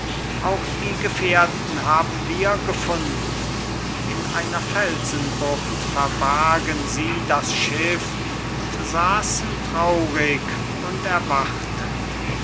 auch die gefährten haben wir gefunden in einer felsenbucht verbargen sie das schiff und saßen traurig und erwartend